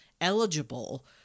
eligible